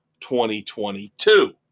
2022